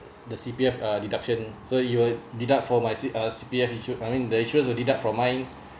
the C_P_F uh deduction so you will deduct for my C uh C_P_F insur~ I mean the insurance will deduct from mine